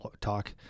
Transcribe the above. talk